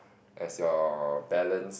as your balance